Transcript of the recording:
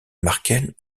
markel